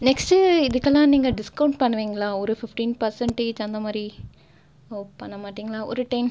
next இதுக்கெல்லாம் நீங்கள் discount பண்ணுவீங்களா ஒரு பிஃப்ட்டின் பர்சன்டேஜ் அந்த மாதிரி ஓ பண்ண மாட்டீங்களா ஒரு டென்